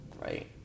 right